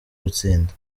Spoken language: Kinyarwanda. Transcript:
gutsinda